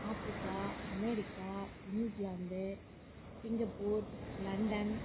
Africa America New Zealand Singapore London